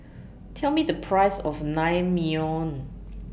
Tell Me The Price of Naengmyeon